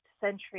century